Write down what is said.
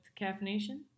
caffeination